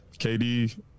KD